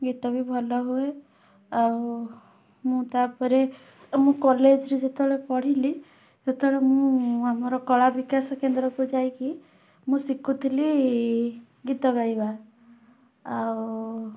ଗୀତ ବି ଭଲ ହୁଏ ଆଉ ମୁଁ ତା'ପରେ ଆଉ ମୁଁ କଲେଜରେ ଯେତେବେଳେ ପଢ଼ିଲି ସେତେବେଳେ ମୁଁ ଆମର କଳାବିକାଶ କେନ୍ଦ୍ରକୁ ଯାଇକି ମୁଁ ଶିଖୁଥିଲି ଗୀତ ଗାଇବା ଆଉ